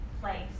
place